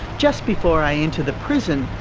just before i enter the prison,